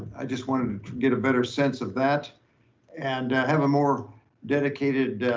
i just wanted to get a better sense of that and having more dedicated,